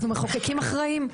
אנחנו מחוקקים אחראיים.